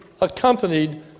accompanied